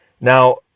now